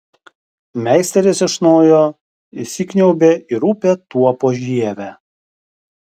meisteris iš naujo įsikniaubia į rupią tuopos žievę